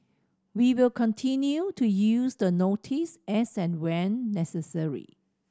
we will continue to use the notice as and when necessary